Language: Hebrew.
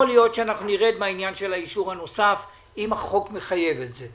יכול להיות שנרד מעניין האישור הנוסף אם החוק מחייב את זה.